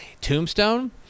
Tombstone